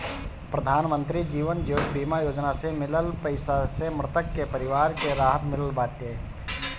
प्रधानमंत्री जीवन ज्योति बीमा योजना से मिलल पईसा से मृतक के परिवार के राहत मिलत बाटे